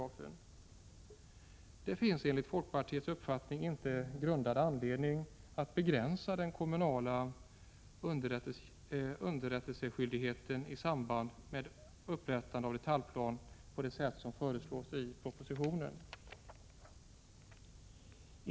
SE a Det finns enligt folkpartiets uppfattning inte grundad anledning att begränsa den kommunala underrättelseskyldigheten i samband med upprättande av detaljplan på det sätt som föreslås i propositionen.